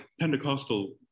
Pentecostal